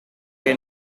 che